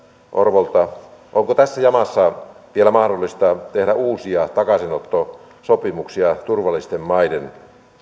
orvolta onko tässä jamassa vielä mahdollista tehdä uusia takaisinottosopimuksia turvallisten maiden